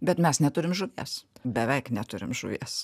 bet mes neturim žuvies beveik neturim žuvies